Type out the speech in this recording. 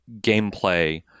gameplay